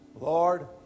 Lord